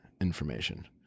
information